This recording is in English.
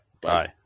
Bye